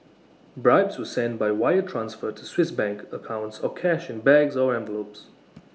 bribes were sent by wire transfer to Swiss bank accounts or cash in bags or envelopes